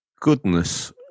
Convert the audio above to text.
goodness